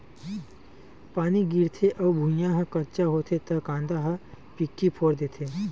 पानी गिरथे अउ भुँइया ह कच्चा होथे त कांदा ह पीकी फोर देथे